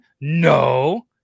No